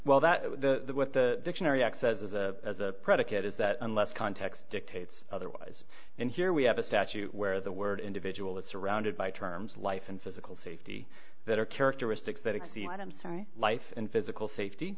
well that the with the dictionary acts as a predicate is that unless context dictates otherwise and here we have a statute where the word individual that's surrounded by terms life and physical safety that are characteristics that exceed i'm sorry life and physical safety